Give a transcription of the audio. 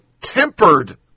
tempered